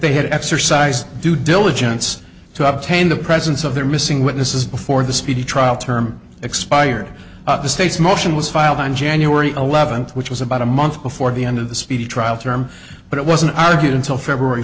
they had exercise due diligence to obtain the presence of their missing witnesses before the speedy trial term expired the state's motion was filed on january eleventh which was about a month before the end of the speedy trial term but it wasn't argued until february